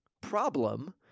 problem